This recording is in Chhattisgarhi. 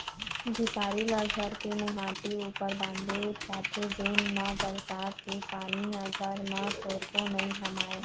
झिपारी ल घर के मोहाटी ऊपर बांधे जाथे जेन मा बरसात के पानी ह घर म थोरको नी हमाय